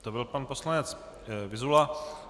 To byl pan poslanec Vyzula.